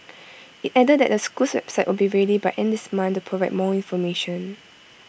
IT added that the school's website will be ready by end this month to provide more information